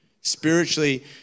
Spiritually